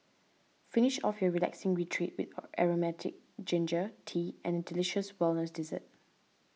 finish off your relaxing retreat with aromatic ginger tea and a delicious wellness dessert